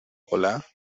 hola